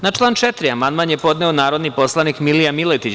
Na član 4. amandman je podneo narodni poslanik Milija Miletić.